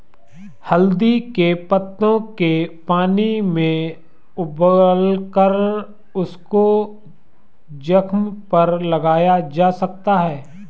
हल्दी के पत्तों के पानी में उबालकर उसको जख्म पर लगाया जा सकता है